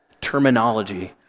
terminology